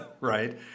Right